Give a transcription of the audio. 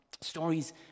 Stories